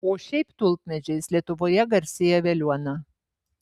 o šiaip tulpmedžiais lietuvoje garsėja veliuona